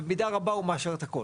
במידה רבה הוא מאשר את הכל.